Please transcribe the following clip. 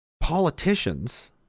politicians